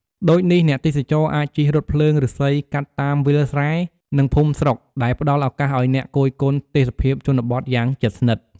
ដូចនេះអ្នកទេសចរអាចជិះរថភ្លើងឫស្សីកាត់តាមវាលស្រែ និងភូមិស្រុក ដែលផ្តល់ឱកាសឱ្យអ្នកគយគន់ទេសភាពជនបទយ៉ាងជិតស្និទ្ធ។